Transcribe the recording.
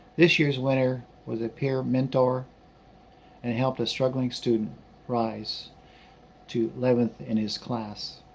this year's winner was a peer mentor and helped a struggling student rise to eleventh in his class.